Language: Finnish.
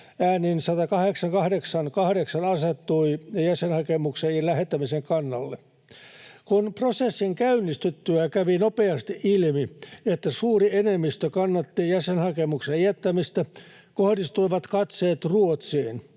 äänin 188—8 asettui jäsenhakemuksen lähettämisen kannalle. Kun prosessin käynnistyttyä kävi nopeasti ilmi, että suuri enemmistö kannatti jäsenhakemuksen jättämistä, kohdistuivat katseet Ruotsiin.